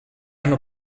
hanno